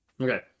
Okay